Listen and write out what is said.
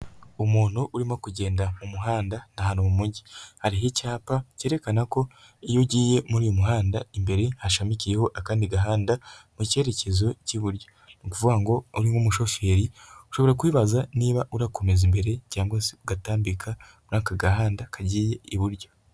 Umuntu urimo kugenda mu muhanda ni ahantu mu mujyi hariho icyapa cyerekana ko iyo ugiye muri uyu muhanda imbere hashamikiyeho akandi gahanda mu cyerekezo cy'iburyo ni ukuvuga ngo uri nk'umushoferi ushobora kwibaza niba urakomeza imbere cyangwa se ugatambika muri aka gahanda kagiye iburyo.